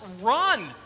run